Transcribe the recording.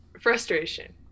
frustration